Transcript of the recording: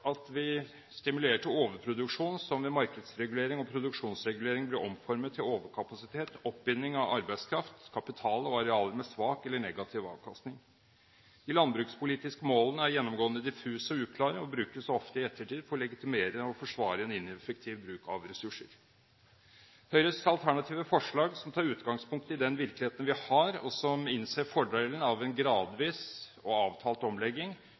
at vi stimulerer til overproduksjon som ved markedsregulering og produksjonsregulering blir omformet til overkapasitet, oppbinding av arbeidskraft, kapital og arealer med svak eller negativ avkastning. De landbrukspolitiske målene er gjennomgående diffuse og uklare, og brukes ofte i ettertid for å legitimere og forsvare en ineffektiv bruk av ressurser. Høyres alternative forslag, som tar utgangspunkt i den virkeligheten vi har, og hvor vi innser fordelen av en gradvis og avtalt omlegging,